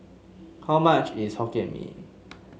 how much is Hokkien Mee